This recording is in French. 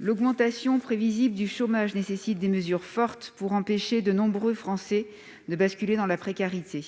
L'augmentation prévisible du chômage nécessite des mesures fortes pour empêcher les Français de basculer dans la précarité.